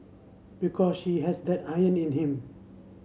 because he has that iron in him